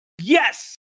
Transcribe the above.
Yes